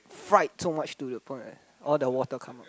fright so much to the point all the water come